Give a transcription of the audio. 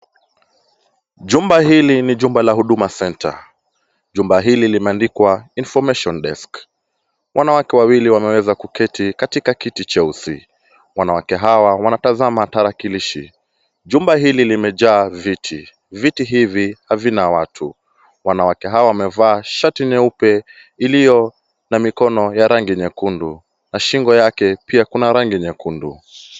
Jumba hili ni jumba la huduma center, jumba hili limeandikwa information desk [ cs].Wanawake wawili wameweza kuketi katika kiti cheusi, wanawake hawa wanatazama tarakilishi Jumba hili limejaa viti, viti hivi havina watu. Wanawake hawa wamevaa shati nyeupe iliyo na mikono ya rangi nyekundu, na shingo yake pia kuna rangi nyekundu.